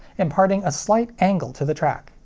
imparting a slight angle to the track.